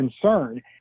concern